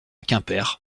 quimper